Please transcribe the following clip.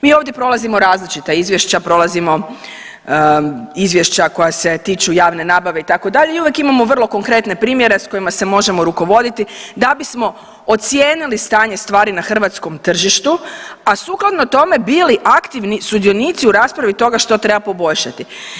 Mi ovdje prolazimo različita izvješća, prolazimo izvješća koja se tiču javne nabave itd. i uvijek imamo vrlo konkretne primjere s kojima se možemo rukovoditi da bismo ocijenili stanje stvari na hrvatskom tržištu, a sukladno tome bili aktivni sudionici u raspravi toga što treba poboljšati.